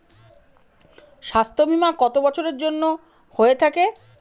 স্বাস্থ্যবীমা কত বছরের জন্য হয়ে থাকে?